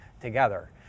together